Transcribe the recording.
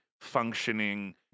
functioning